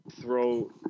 Throw